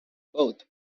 both